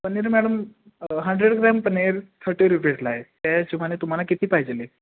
paneer madam hundred gram paneer thirty रुपीजला आहे त्या हिशेबाने तुम्हाला किती पाहिजेले